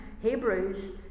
hebrews